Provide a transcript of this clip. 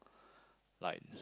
like